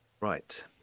Right